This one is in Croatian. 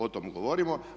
O tome govorimo.